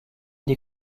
des